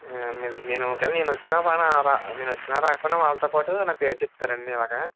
మీ మీ నేను ఒకవేళ నేను వచ్చినా పో నేను వచ్చినా రాకపోయినా వాళ్ళతో పాటు నా పేరు చెప్తారండి ఇలాగా